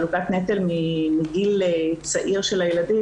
חלוקת נטל מגיל צעיר של הילדים,